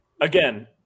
Again